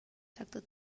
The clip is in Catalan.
sector